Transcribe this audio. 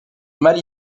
mal